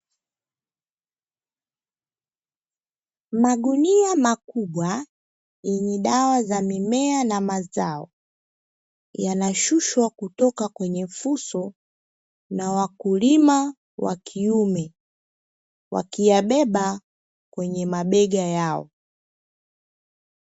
Magunia makubwa yenye dawa za mimea na mazao, yanashushwa kutoka kwenye fuso na wakulima wa kiume wakiyabeba kwenye mabega yao.